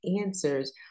answers